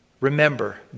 remember